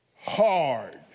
hard